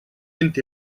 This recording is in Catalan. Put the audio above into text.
vint